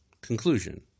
conclusion